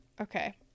okay